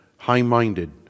high-minded